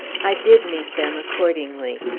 i did meet them, accordingly.